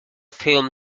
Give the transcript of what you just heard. film